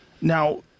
Now—